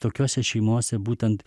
tokiose šeimose būtent